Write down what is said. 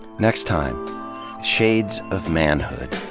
next time shades of manhood.